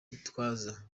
gitwaza